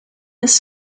miss